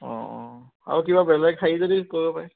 অঁ অঁ আউ কিবা বেলেগ খাকে যদি কৰিব পাৰে